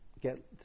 get